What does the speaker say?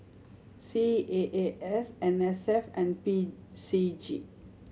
C A A S N S F and P C G